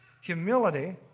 humility